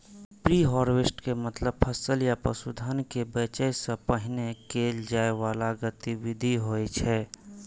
preharvest के मतलब फसल या पशुधन कें बेचै सं पहिने कैल जाइ बला गतिविधि होइ छै